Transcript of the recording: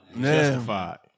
justified